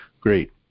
great